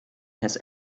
has